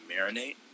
marinate